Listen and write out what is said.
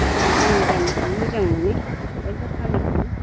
आङो जोंनि गामिखौनो मोजां मोनो सबायजार गामिखौनो